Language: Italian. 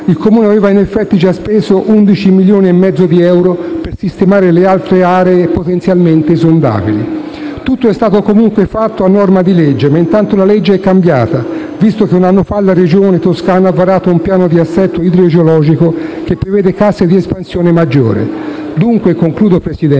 Il Comune aveva in effetti già speso 11,5 milioni di euro per sistemare le altre aree potenzialmente esondabili. Tutto è stato comunque fatto a norma di legge, ma intanto la legge è cambiata, visto che un anno fa la Regione Toscana ha varato un piano di assetto idrogeologico che prevede casse di espansione maggiore. Concludendo, Presidente,